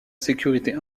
sécurité